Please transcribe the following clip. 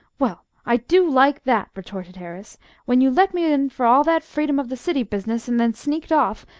well, i do like that! retorted horace when you let me in for all that freedom of the city business, and then sneaked off,